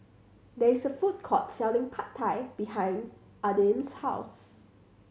there is a food court selling Pad Thai behind Adin's house